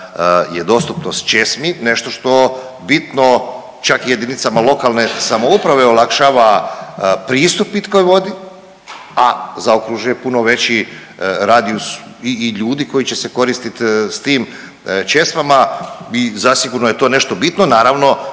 je dostupnost česmi nešto što bitno čak jedinicama lokalne samouprave olakšava pristup pitkoj vodi, a zaokružuje puno veći radijus i ljudi koji će se koristiti s tim česmama i zasigurno je to nešto bitno. Naravno